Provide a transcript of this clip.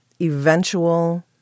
eventual